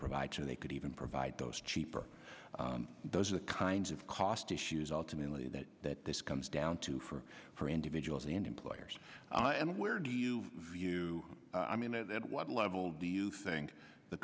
provide so they could even provide those cheaper those are the kinds of cost issues ultimately that that this comes down to for for individuals and employers and where do you view i mean and at what level do you think the